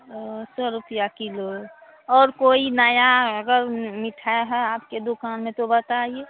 सौ रुपया किलो और कोई नई अगर मिठाई है आपकी दुकान में तो बताइए